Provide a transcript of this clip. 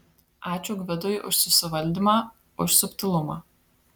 ačiū gvidui už susivaldymą už subtilumą